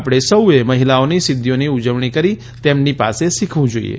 આપણે સૌએ મહિલાઓની સિદ્ધિઓની ઉજવણી કરી તેમની પાસે શીખવું જોઇએ